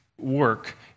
work